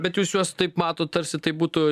bet jūs juos taip matot tarsi tai būtų